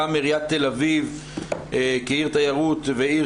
גם עירית תל אביב כעיר תיירות ועיר